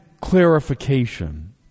clarification